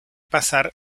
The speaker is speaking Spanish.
pasar